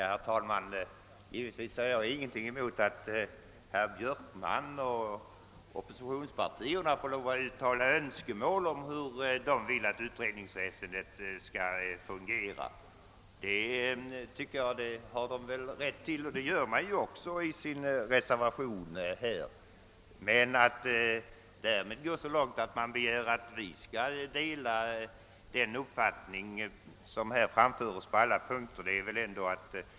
Herr talman! Givetvis har jag ingenting emot att herr Björkman och oppositionspartierna både här och i reservationen uttalar önskemål om hur utredningsväsendet skall fungera. Det har de rätt till. Men att gå så långt som att kräva att vi på alla punkter skall dela deras uppfattningar är väl att begära för mycket.